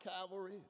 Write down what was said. cavalry